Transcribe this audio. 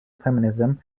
feminism